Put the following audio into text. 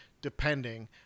depending